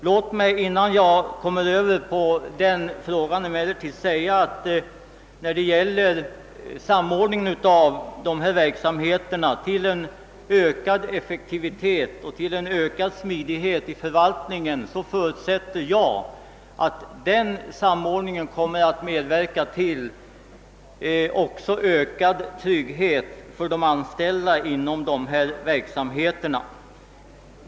Låt mig, innan jag går in på denna fråga, säga att jag förutsätter att styrningen av dessa olika verksamhetsgrenar i syfte att uppnå ökad effektivitet och smidighet i förvaltningen också kommer att medverka till ökad trygghet för de anställda inom dessa verksamhetsområden.